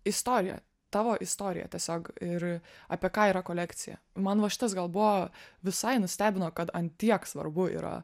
istoriją tavo istoriją tiesiog ir apie ką yra kolekcija man va šitas gal buvo visai nustebino kad ant tiek svarbu yra